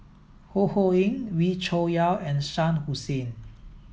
Ho Ho Ying Wee Cho Yaw and Shah Hussain